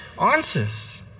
answers